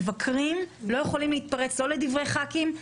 מבקרים לא יכולים להתפרץ לא לדברי ח"כים,